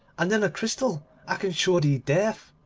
and in a crystal i can show thee death.